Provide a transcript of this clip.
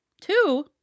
two